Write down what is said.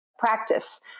practice